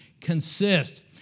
consist